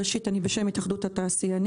ראשית אני בשם התאחדות התעשיינים